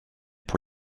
pour